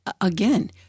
again